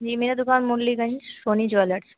जी मेरी दुक़ान मुरलीगन्ज सोनी ज़्वेलर्स